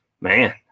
Man